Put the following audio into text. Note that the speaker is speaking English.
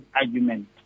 argument